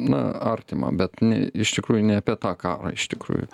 na artima bet ne iš tikrųjų ne apie tą karą iš tikrųjų